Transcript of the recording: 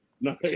No